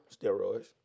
steroids